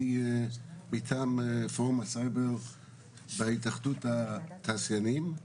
אני מטעם פורום הסייבר והתאחדות התעשיינים.